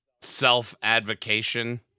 self-advocation